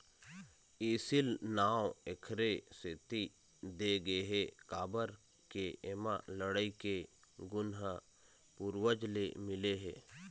एसील नांव एखरे सेती दे गे हे काबर के एमा लड़ई के गुन ह पूरवज ले मिले हे